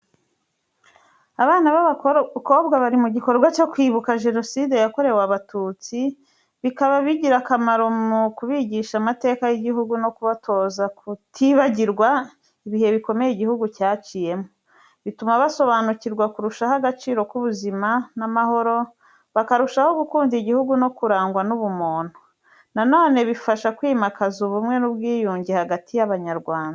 Abana b’abanyeshuri bari mu gikorwa cyo kwibuka Jenoside yakorewe Abatutsi, bikaba bigira akamaro mu kubigisha amateka y’igihugu no kubatoza kutibagirwa ibihe bikomeye igihugu cyaciyemo. Bituma basobanukirwa kurushaho agaciro k’ubuzima n’amahoro, bakarushaho gukunda igihugu no kurangwa n’ubumuntu. Na none bifasha kwimakaza ubumwe n’ubwiyunge hagati y’abanyarwanda.